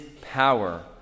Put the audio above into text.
power